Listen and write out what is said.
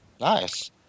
Nice